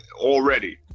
already